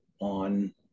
on